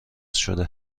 شده